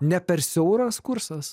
ne per siauras kursas